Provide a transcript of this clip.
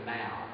now